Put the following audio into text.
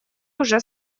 уже